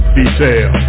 detail